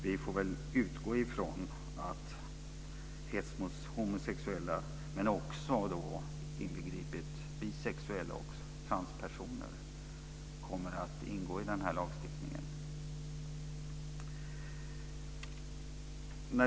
Vi får väl utgå från att hets mot homosexuella, inbegripet bisexuella, transpersoner, kommer att ingå i lagstiftningen.